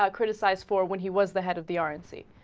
ah criticize for when he was the head of the r n c